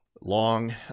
long